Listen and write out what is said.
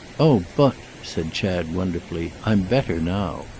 oh but, said chad wonderfully, i'm better now.